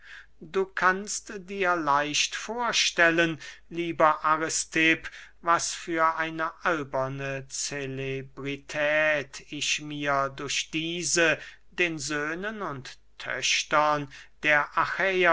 du kannst dir leicht vorstellen lieber aristipp was für eine alberne celebrität ich mir durch diese den söhnen und töchtern der